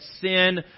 sin